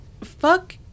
Fuck